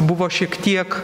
buvo šiek tiek